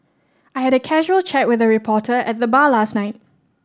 I had a casual chat with a reporter at the bar last night